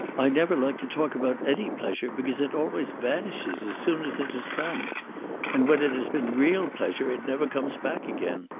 i never like to talk about any pleasure because it always vanishes as soon as it has come and when it has been real pleasure it never comes back again.